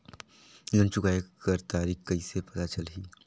Loan चुकाय कर तारीक कइसे पता चलही?